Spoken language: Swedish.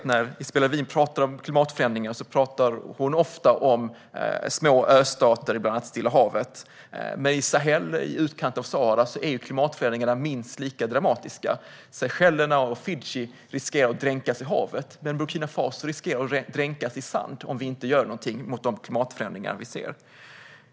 När Isabella Lövin pratar om klimatförändringarna pratar hon ofta om små östater i bland annat Stilla havet. Men klimatförändringarna i Sahel i utkanten av Sahara är minst lika dramatiska. Seychellerna och Fiji riskerar att dränkas i havet, men Burkina Faso riskerar att dränkas i sand om vi inte gör någonting åt de klimatförändringar vi ser.